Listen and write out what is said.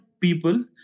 people